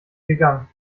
gegangen